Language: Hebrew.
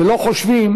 ולא חושבים: